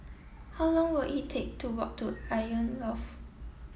how long will it take to walk to Icon Loft